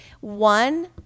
one